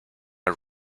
der